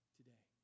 today